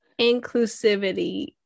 inclusivity